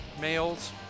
males